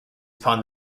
upon